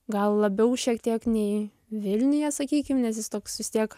gal labiau šiek tiek nei vilniuje sakykim nes jis toks vis tiek